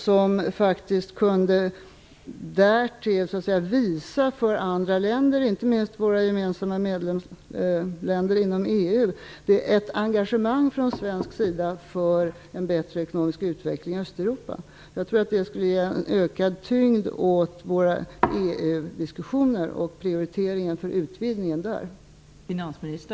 Ett engagemang från svensk sida för en bättre ekonomisk utveckling i Östeuropa skulle faktiskt kunna visa något för andra länder - inte minst medlemsländerna i EU. Jag tror att det skulle kunna ge en ökad tyngd åt våra EU diskussioner och en prioritering för en utvidgning.